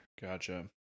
gotcha